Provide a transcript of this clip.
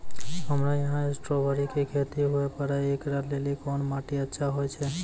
हमरा यहाँ स्ट्राबेरी के खेती हुए पारे, इकरा लेली कोन माटी अच्छा होय छै?